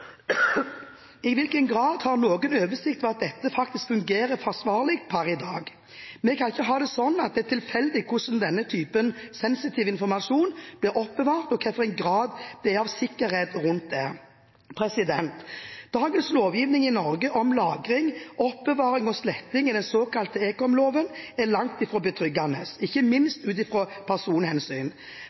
I hvilken grad har noen oversikt over at dette faktisk fungerer forsvarlig per i dag? Vi kan ikke ha det slik at det er tilfeldig hvordan denne typen sensitiv informasjon blir oppbevart og hvilken grad av sikkerhet det er rundt det. Dagens lovgivning i Norge om lagring, oppbevaring og sletting i den såkalte ekomloven er langt fra betryggende, ikke minst ut ifra